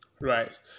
right